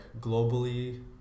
globally